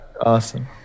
awesome